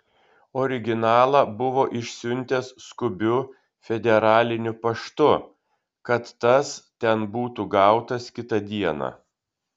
originalą buvo išsiuntęs skubiu federaliniu paštu kad tas ten būtų gautas kitą dieną